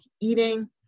eating